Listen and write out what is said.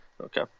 Okay